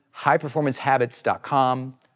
highperformancehabits.com